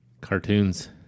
Cartoons